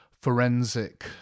forensic